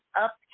up